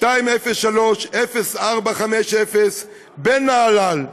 אישי 2030450, בן נהלל,